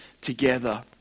together